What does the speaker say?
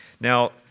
Now